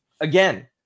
again